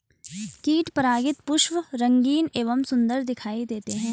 कीट परागित पुष्प रंगीन एवं सुन्दर दिखाई देते हैं